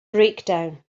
breakdown